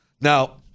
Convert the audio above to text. Now